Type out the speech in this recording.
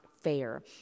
fair